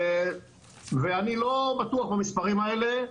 ואני לא בטוח במספרים האלה,